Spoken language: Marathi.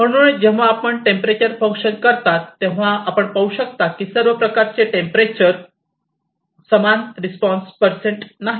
म्हणूनच जेव्हा आपण टेंपरेचर फंक्शन करता तेव्हा आपण पाहू शकता की सर्व प्रकारचे टेंपरेचर समान रिस्पॉन्स पर्सेंट नाही